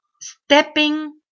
stepping